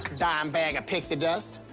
dime bag of pixie dust.